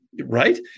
right